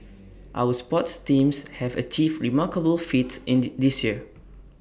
our sports teams have achieved remarkable feats in the this year